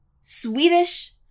Swedish